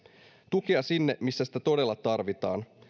tukea sinne missä sitä todella tarvitaan